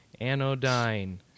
Anodyne